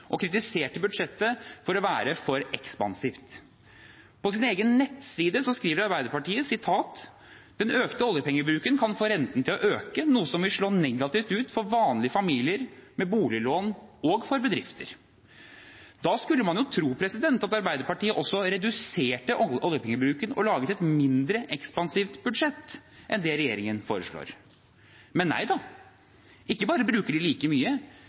og kritiserte budsjettet for å være for ekspansivt. På sin egen nettside skriver Arbeiderpartiet: «Økt oljepengebruk kan få renta til å øke, noe som vil slå negativt ut for vanlige familier med boliglån og for bedrifter.» Da skulle man jo tro at Arbeiderpartiet også reduserte oljepengebruken og laget et mindre ekspansivt budsjett enn det regjeringen foreslår. Men nei da, ikke bare bruker de like mye